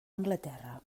anglaterra